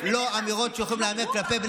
האמירות שאתם אומרים כאן לחברי כנסת